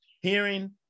hearing